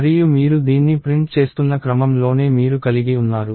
మరియు మీరు దీన్ని ప్రింట్ చేస్తున్న క్రమం లోనే మీరు కలిగి ఉన్నారు